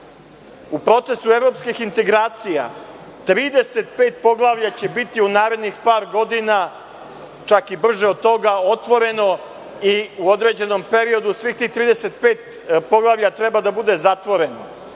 U procesu evropskih integracija 35 poglavlja će biti u narednih par godina, čak i brže od toga otvoreno i u određenom periodu svih tih 35 poglavlja treba da bude zatvoreno.